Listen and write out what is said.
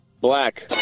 Black